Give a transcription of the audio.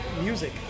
music